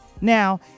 Now